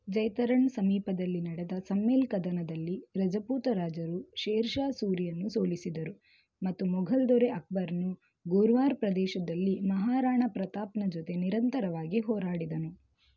ಜೈತರಣ್ ಸಮೀಪದಲ್ಲಿ ನಡೆದ ಸಮ್ಮೇಲ್ ಕದನದಲ್ಲಿ ರಜಪೂತ ರಾಜರು ಶೇರ್ ಷಾ ಸೂರಿಯನ್ನು ಸೋಲಿಸಿದರು ಮತ್ತು ಮೊಘಲ್ ದೊರೆ ಅಕ್ಬರನು ಗೋರ್ವಾರ್ ಪ್ರದೇಶದಲ್ಲಿ ಮಹಾರಾಣಾ ಪ್ರತಾಪನ ಜೊತೆ ನಿರಂತರವಾಗಿ ಹೋರಾಡಿದನು